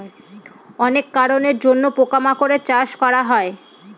অনেক কারনের জন্য পোকা মাকড়ের চাষ করা হয়